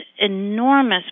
enormous